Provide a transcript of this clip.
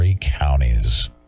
counties